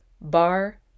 bar